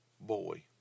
boy